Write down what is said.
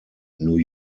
new